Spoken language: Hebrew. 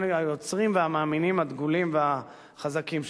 היוצרים והמאמינים הדגולים והחזקים שלה.